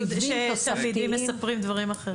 שתלמידים מספרים דברים אחרים?